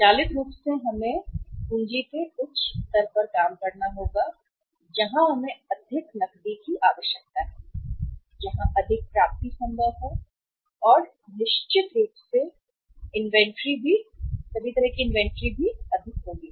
स्वचालित रूप से हमें काम करने के उच्च स्तर पर काम करना होगा पूंजी जहां हमें अधिक नकदी की आवश्यकता होती है जहां अधिक प्राप्ति संभव है और निश्चित रूप से अधिक होगी सभी तरह की इन्वेंट्री होगी